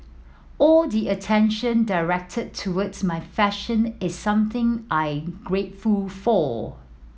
all the attention directed towards my fashion is something I grateful for